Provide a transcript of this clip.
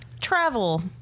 Travel